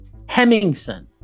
Hemmingson